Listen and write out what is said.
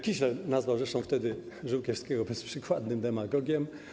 Kisiel nazwał zresztą wtedy Żółkiewskiego bezprzykładnym demagogiem.